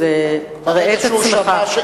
אז ראה את עצמך,